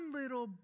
little